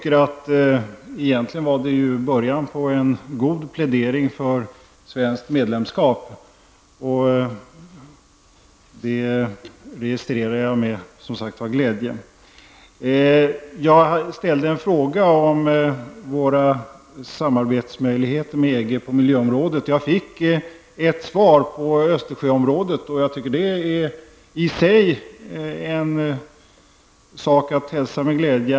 Egentligen var det början på en god plädering för ett svenskt medlemskap, och det registrerar jag med glädje. Jag ställde en fråga om våra samarbetsmöjligheter med EG på miljöområdet, och jag fick ett svar när det gällde Östersjön.